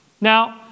Now